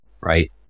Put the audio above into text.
right